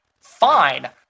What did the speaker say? fine